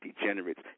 degenerates